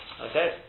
Okay